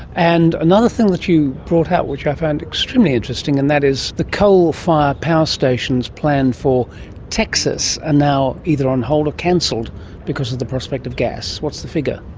and another thing that you brought up which i found extremely interesting and that is the coal-fired power stations planned for texas are and now either on hold or cancelled because of the prospect of gas. what's the figure?